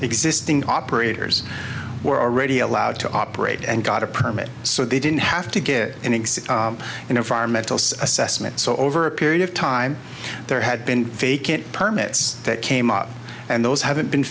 existing operators were already allowed to operate and got a permit so they didn't have to get an exit in a foreign metal assessment so over a period of time there had been vacant permits that came up and those haven't been